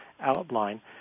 outline